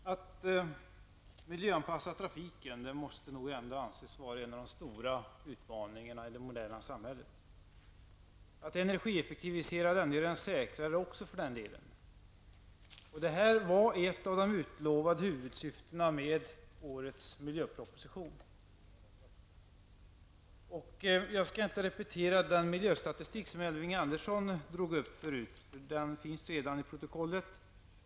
Fru talman! Att miljöanpassa trafiken måste ändå anses vara en av de stora utmaningarna i det moderna samhället. Det gäller att energieffektivisera den och göra den säkrare. Det här var ett av de utlovade huvudsyftena med årets miljöproposition. Jag skall inte repetera den miljöstatistik som Elving Andersson drog upp tidigare. Den återfinns i protokollet.